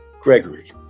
Gregory